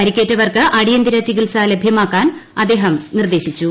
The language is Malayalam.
പരിക്കേറ്റവർക്ക് അടിയന്തിര ചികിത്സ ലഭ്യമാക്കാൻ അദ്ദേഹം നിർദ്ദേശിച്ചു